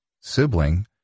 sibling